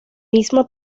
mismo